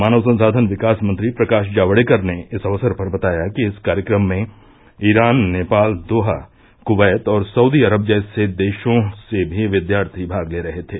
मानव संसाधन विकास मंत्री प्रकाश जावड़ेकर ने इस अवसर पर बताया कि इस कार्यक्रम में ईरान नेपाल दोहा कुवैत और सऊदी अरब जैसे देशों से भी विद्यार्थी भाग ले रहे थे